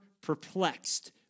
perplexed